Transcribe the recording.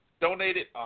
Donated